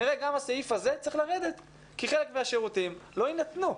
כנראה גם הסעיף הזה צריך לרדת כי חלק מהשירותים לא יינתנו.